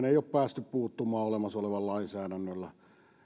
ei ole päästy puuttumaan olemassa olevalla lainsäädännöllä